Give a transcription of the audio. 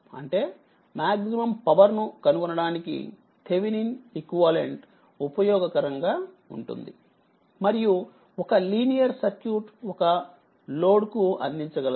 అంటే maximum power ను కనుగొనడానికి థేవినిన్ ఈక్వివలెంట్ ఉపయోగకరంగా ఉంటుంది మరియు ఒక లీనియర్ సర్క్యూట్ ఒక లోడ్ కు అందించగలదు